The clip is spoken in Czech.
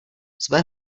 své